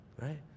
right